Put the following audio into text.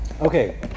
Okay